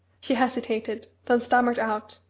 she hesitated then stammered out,